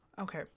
Okay